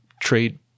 trade